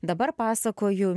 dabar pasakoju